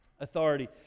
authority